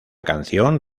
canción